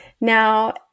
Now